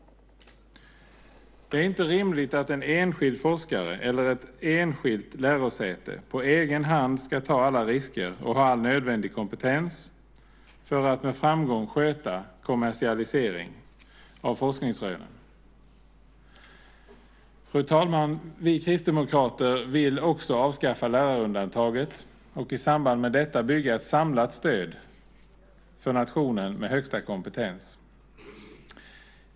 Det är inte rimligt att en enskild forskare eller ett enskilt lärosäte på egen hand ska ta alla risker och ha all nödvändig kompetens för att med framgång sköta kommersialisering av forskningsrön. Fru talman! Vi kristdemokrater vill också avskaffa lärarundantaget och i samband med detta bygga ett samlat stöd för nationen med högsta kompetens.